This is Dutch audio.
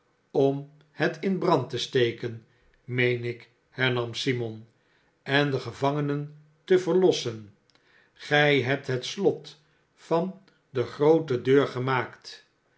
om het in brand te steken meen ik hernam simon en de gevangenen te verlossen gij hebt het slot van de groote deur gemaakt